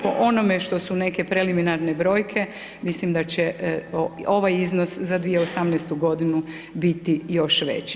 Po onome što su neke preliminarne brojke, mislim da će ovaj iznos za 2018. g. biti još veći.